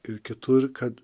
ir kitur kad